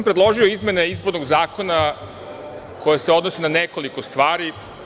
Predložio sam izmene izbornog zakona koje se odnose na nekoliko stvari.